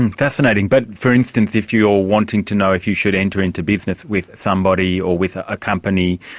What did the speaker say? and fascinating. but, for instance, if you are wanting to know if you should enter into business with somebody or with a company,